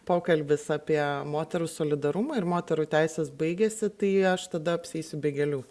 pokalbis apie moterų solidarumą ir moterų teises baigiasi tai aš tada apseisiu be gėlių